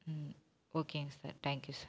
ம் ஓகேங்க sir thank you sir